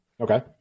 Okay